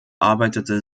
arbeitete